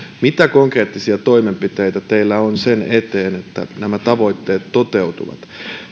mitä konkreettisia toimenpiteitä teillä on sen eteen että nämä tavoitteet toteutuvat